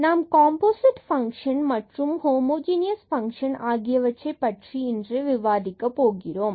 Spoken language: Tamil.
நாம் காம்போசிட் ஃபங்ஷன் மற்றும் ஹோமோஜுனியஸ் பங்க்ஷன் ஆகியவற்றைப் பற்றி இன்று விவாதிக்க போகிறோம்